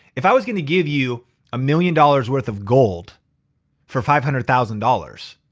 if i was gonna give you a million dollars worth of gold for five hundred thousand dollars,